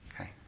Okay